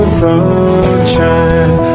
sunshine